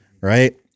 right